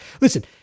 Listen